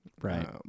Right